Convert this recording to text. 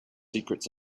secrets